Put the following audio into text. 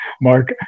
mark